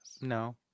No